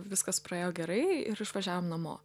viskas praėjo gerai ir išvažiavom namo